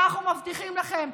ואנחנו מבטיחים לכם,